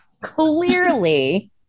clearly